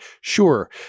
sure